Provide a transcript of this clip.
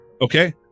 okay